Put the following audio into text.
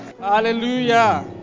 Hallelujah